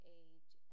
age